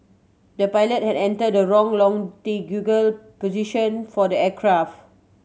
the pilot had entered the wrong longitudinal position for the aircraft